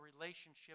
relationship